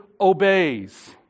obeys